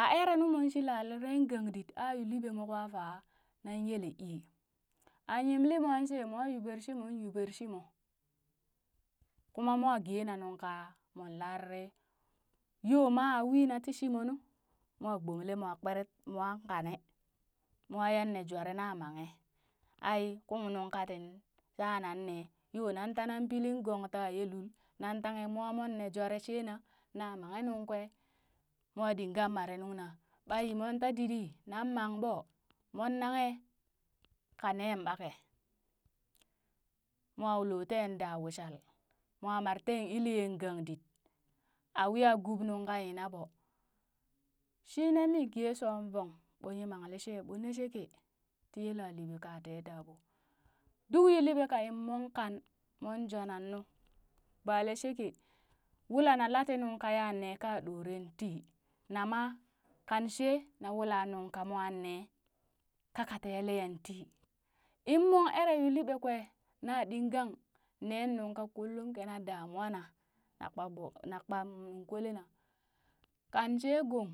aa are nu mong shi lareren gandit a yuu liɓee mwa kwa faa nan yeelee ii a yemlemwan shee mwa yuu bershimon yuu bershimo kuma mwa geena nuŋ ka mon larare yoma wiina ti shimo nu mo gbomle mo kpirit, mwan kane mwan yan nee jware na manghe, ai kung nuŋ katin sha nanne yo nan tanan pilin gong ta ye lul nanŋ tanghe mwa mon nee jware shee na na manghe nuŋ kwee, mwa digang mare nungna ɓa yi mong ta diɗi nang manɓo mong nanghe ka neen ɓake mwa loo teen ɗaa wishal, mwa mar teen iliye gangdit, a wi a guub nuŋ ka yina ɓoo shine mi gee shoon vong ɓoo yimanlishee ɓo nee sheke ti yelaliɓee ka tee ta ɓo. Duk yuu liɓe ka in mon kan mon jwaanan nu bale sheke, wola na lat ti nuŋ ka ya ne ka ɗoren tii nama kanshee na wula nungka mwa ne, ka ka tele yan tii, in mon ere yuu liɓe kwe, na ɗingan ne nungka kullum kina damuwa na, na kpa gbu na kpam nunkole na kan she gong.